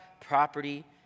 property